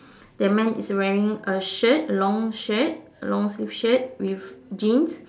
the man is wearing a shirt a long shirt a long sleeve shirt with jeans